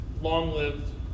long-lived